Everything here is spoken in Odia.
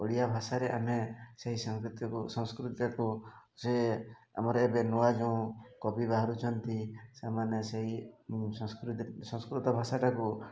ଓଡ଼ିଆ ଭାଷାରେ ଆମେ ସେହି ସଂସ୍କୃତିକୁ ସଂସ୍କୃତିକୁ ସେ ଆମର ଏବେ ନୂଆ ଯେଉଁ କବି ବାହାରୁଛନ୍ତି ସେମାନେ ସହି ସଂସ୍କୃତି ସଂସ୍କୃତ ଭାଷାଟାକୁ